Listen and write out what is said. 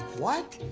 what?